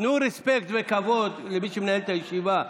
תנו רספקט וכבוד למי שמנהל את הישיבה,